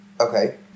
Okay